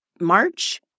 March